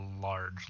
large